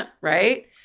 right